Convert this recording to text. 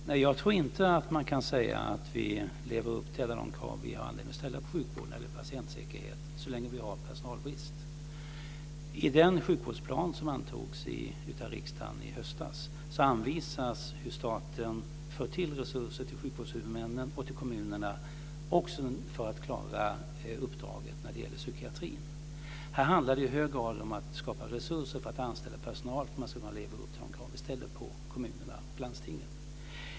Herr talman! Nej, jag tror inte att man kan säga att sjukvården lever upp till alla de krav som vi har anledning att ställa på sjukvården eller patientsäkerheten så länge det råder personalbrist. I den sjukvårdsplan som antogs av riksdagen i höstas anvisas hur staten för till resurser till sjukvårdshuvudmännen och till kommunerna också för att klara uppdraget när det gäller psykiatrin. Här handlar det i hög grad om att skapa resurser för att anställa personal för att kommunerna och landstingen ska kunna leva upp till de krav som vi ställer på dem.